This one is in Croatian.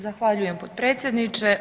Zahvaljujem potpredsjedniče.